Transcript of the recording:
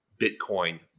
Bitcoin